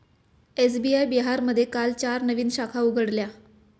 SBI बिहारमध्ये काल चार नवीन शाखा उघडल्या